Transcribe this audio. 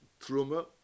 truma